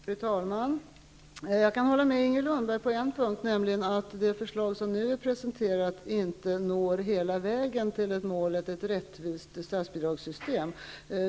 Fru talman! Jag kan hålla med Inger Lundberg på en punkt, nämligen att det förslag som nu har presenterats inte når hela vägen till målet om ett rättvist statsbidragssystem.